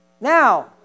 now